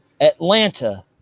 Atlanta